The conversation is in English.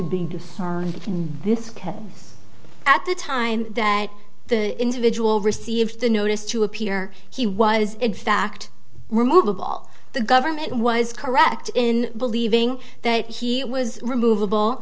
being disarmed in this case at the time that the individual received a notice to appear he was in fact removable the government was correct in believing that he was remova